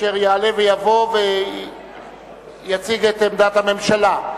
אשר יעלה ויבוא ויציג את עמדת הממשלה.